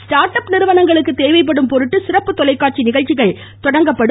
start up நிறுவனங்களுக்கு தேவைப்படும் பொருட்டு சிறப்பு தொலைக்காட்சி நிகழ்ச்சி தொடங்கப்படும்